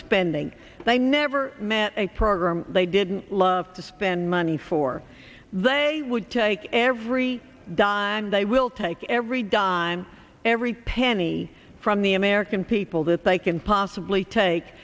spending they never met a program they didn't love to spend money for they would take every dime they will take every dime every penny from the american people that they can possibly take